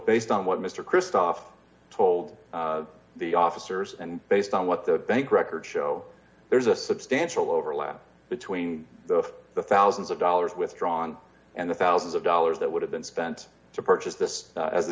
based on what mr kristoff told the officers and based on what the bank records show there's a substantial overlap between those the thousands of dollars withdrawn and the thousands of dollars that would have been spent to purchase this a